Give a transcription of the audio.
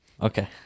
Okay